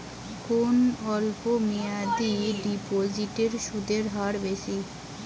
কোন অল্প মেয়াদি ডিপোজিটের সুদের হার বেশি?